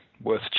Worth